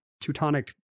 Teutonic